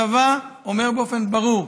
הצבא אומר באופן ברור